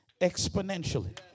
exponentially